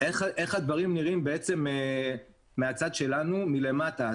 איך הדברים נראים מהצד שלנו, מלמטה.